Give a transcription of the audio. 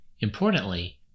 Importantly